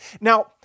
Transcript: now